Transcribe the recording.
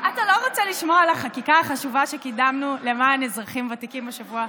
אתה לא רוצה לשמוע על החקיקה החשובה שקידמנו למען אזרחים ותיקים השבוע?